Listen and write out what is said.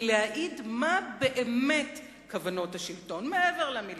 שיכול להעיד מה באמת כוונות השלטון מעבר למלים,